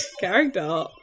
character